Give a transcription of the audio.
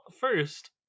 first